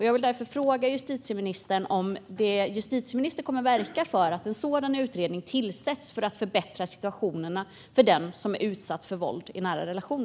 Jag vill därför fråga justitieministern om justitieministern kommer att verka för att en sådan utredning tillsätts för att förbättra situationen för den som är utsatt för våld i en nära relation.